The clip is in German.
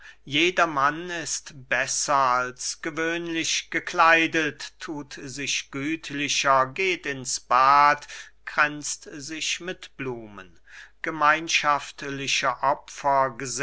jedermann ist besser als gewöhnlich gekleidet thut sich gütlicher geht ins bad kränzt sich mit blumen gemeinschaftliche